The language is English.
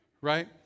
Right